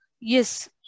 Yes